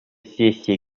сессии